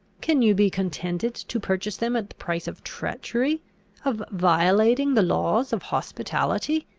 can you be contented to purchase them at the price of treachery of violating the laws of hospitality?